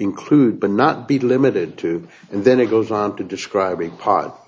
include but not be limited to and then it goes on to describe a pot